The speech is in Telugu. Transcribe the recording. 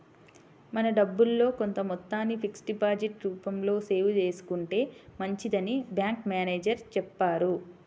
మన డబ్బుల్లో కొంత మొత్తాన్ని ఫిక్స్డ్ డిపాజిట్ రూపంలో సేవ్ చేసుకుంటే మంచిదని బ్యాంకు మేనేజరు చెప్పారు